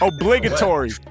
Obligatory